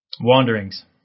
Wanderings